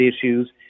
issues